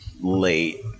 late